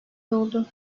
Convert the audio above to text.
doldu